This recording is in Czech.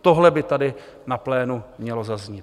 Tohle by tady na plénu mělo zaznít.